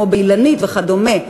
כמו "אילנית" ואחרים,